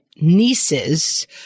nieces